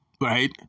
Right